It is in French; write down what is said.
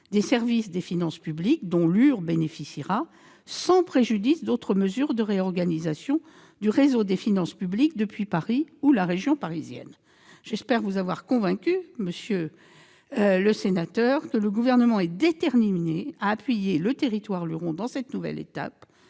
des services des finances publiques dont Lure bénéficiera, sans préjudice d'autres mesures de réorganisation du réseau des finances publiques depuis Paris ou la région parisienne. Monsieur le sénateur, j'espère vous avoir convaincu que le Gouvernement est déterminé à appuyer le territoire luron dans cette nouvelle étape,